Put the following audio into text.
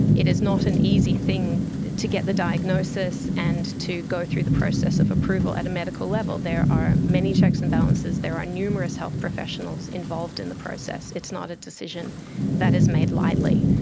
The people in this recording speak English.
it is not an easy thing to get the diagnosis and to go through the process of approval at a medical level, there are many checks and balances, there are numerous health professionals involved in the process. it's not a decision that is made lightly.